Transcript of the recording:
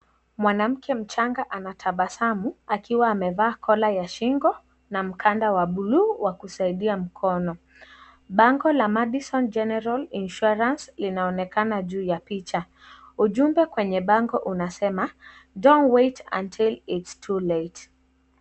Mwanamke mchanga anatabasamu akiwa amevaa kola ya shingo na mkanda wa buluu wa kusaidia mkono bango la Madison General Insurance linaonekana juu ya picha, ujumbe kwenye bango unasema don't wait until it's too late .